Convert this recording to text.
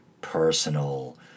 personal